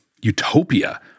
utopia